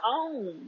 own